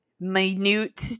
minute